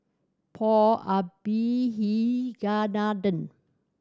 Paul Abisheganaden